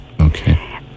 okay